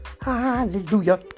Hallelujah